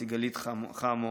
סיגלית חמו,